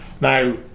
Now